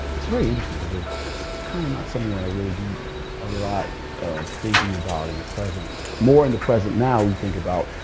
it's very interesting because it's so kind of not something that i really do a lot of thinking about in the present. more in the present now, we think about,